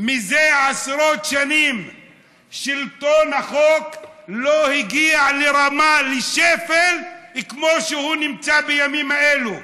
מזה עשרות שנים שלטון החוק לא הגיע לשפל כמו שהוא נמצא בימים אלה.